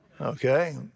Okay